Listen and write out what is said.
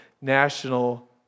national